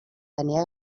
tenia